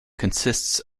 consists